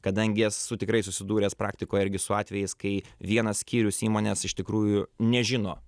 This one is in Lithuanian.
kadangi esu tikrai susidūręs praktikoje irgi su atvejais kai vienas skyrius įmonės iš tikrųjų nežino